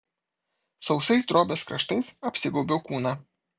sausais drobės kraštais apsigaubiau kūną